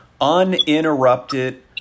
uninterrupted